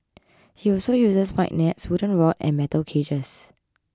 he also uses wide nets wooden rod and metal cages